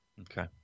Okay